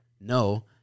No